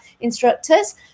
instructors